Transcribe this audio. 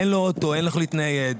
איך להתנייד.